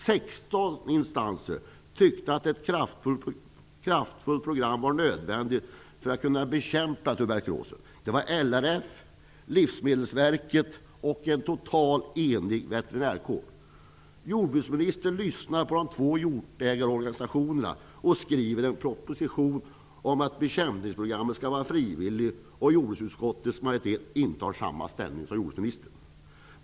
16 instanser tyckte att ett kraftfullt program var nödvändigt för bekämpning av tuberkulosen, bl.a. LRF, Livsmedelsverket och en totalt enig veterinärkår. Jordbruksministern lyssnade på de två hjortägarorganisationerna och skrev i propositionen att bekämpningsprogrammet skall vara frivilligt. Jordbruksutskottets majoritet intar samma ställning som jordbruksministern.